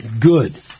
good